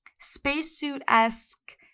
spacesuit-esque